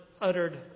uttered